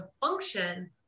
function